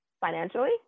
financially